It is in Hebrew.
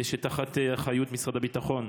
שתחת אחריות משרד הביטחון,